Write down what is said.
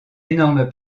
énorme